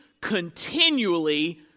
continually